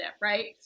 Right